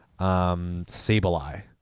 Sableye